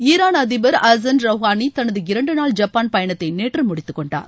Iran அதிபர் Hassan Rouhani தனது இரண்டு நாள் ஜப்பான் பயணத்தை நேற்று முடித்துக்கொண்டார்